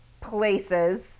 places